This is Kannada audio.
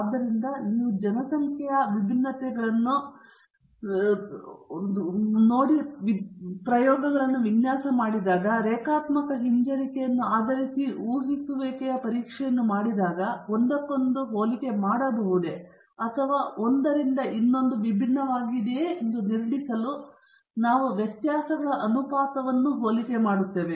ಆದ್ದರಿಂದ ನೀವು ಜನಸಂಖ್ಯಾ ವಿಭಿನ್ನತೆಗಳನ್ನು ವಿನ್ಯಾಸ ಪ್ರಯೋಗಗಳು ಮತ್ತು ರೇಖಾತ್ಮಕ ಹಿಂಜರಿಕೆಯನ್ನು ಆಧರಿಸಿ ಊಹಿಸುವಿಕೆಯ ಪರೀಕ್ಷೆಯನ್ನು ಮಾಡಿದಾಗ ನಾವು ಒಂದಕ್ಕೊಂದು ಹೋಲಿಕೆ ಮಾಡಬಹುದೆ ಅಥವಾ ಒಂದರಿಂದ ಇನ್ನೊಂದಕ್ಕೆ ವಿಭಿನ್ನವಾಗಿದೆಯೆ ಎಂದು ನಿರ್ಣಯಿಸಲು ನಾವು ವ್ಯತ್ಯಾಸಗಳ ಅನುಪಾತಗಳನ್ನು ಹೋಲಿಕೆ ಮಾಡುತ್ತೇವೆ